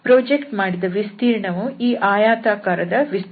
project ಮಾಡಿದ ವಿಸ್ತೀರ್ಣವು ಈ ಆಯತಾಕಾರದ ವಿಸ್ತೀರ್ಣ